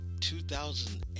2008